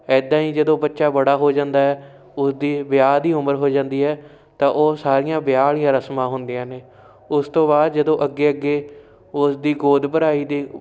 ਇੱਦਾਂ ਹੀ ਜਦੋਂ ਬੱਚਾ ਬੜਾ ਹੋ ਜਾਂਦਾ ਉਹਦੀ ਵਿਆਹ ਦੀ ਉਮਰ ਹੋ ਜਾਂਦੀ ਹੈ ਤਾਂ ਉਹ ਸਾਰੀਆਂ ਵਿਆਹ ਵਾਲੀਆਂ ਰਸਮਾਂ ਹੁੰਦੀਆਂ ਨੇ ਉਸ ਤੋਂ ਬਾਅਦ ਜਦੋਂ ਅੱਗੇ ਅੱਗੇ ਉਸਦੀ ਗੋਦ ਭਰਾਈ ਦੇ